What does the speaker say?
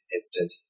instant